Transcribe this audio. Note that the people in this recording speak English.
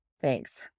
thanks